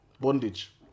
Bondage